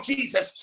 Jesus